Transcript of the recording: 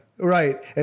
Right